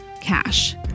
Cash